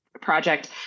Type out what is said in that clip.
project